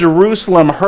Jerusalem